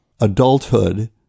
adulthood